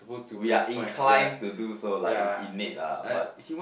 we are inclined to do so like it's innate lah but